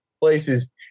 places